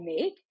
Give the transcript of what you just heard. make